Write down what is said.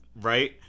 Right